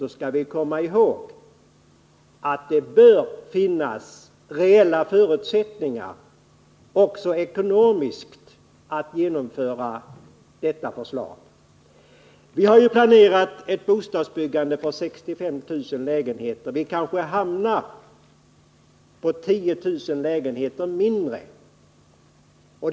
Vi skall komma ihåg att det bör finnas reella förutsättningar, också ekonomiskt, för att genomföra detta förslag. Vi har ett planerat bostadsbyggande på 65 000 lägenheter, men vi kanske hamnar på en nivå som innebär 10 000 färre lägenheter.